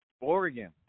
Oregon